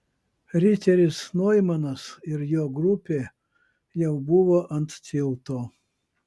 riteris noimanas ir jo grupė jau buvo ant tilto